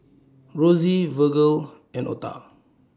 Rosie Virgle and Ota